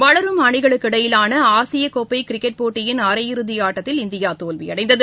வளரும் அணிகளுக்கு இடையிலான ஆசிய கோப்பை கிரிக்கெட் போட்டியின் அரையிறுதி ஆட்டத்தில் இந்தியா தோல்வியடைந்தது